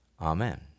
amen